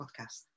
podcast